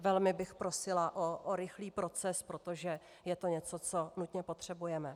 Velmi bych prosila o rychlý proces, protože je to něco, co nutně potřebujeme.